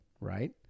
right